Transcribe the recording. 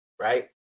right